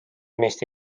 meist